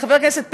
חבר הכנסת פרי,